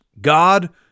God